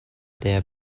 their